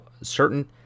certain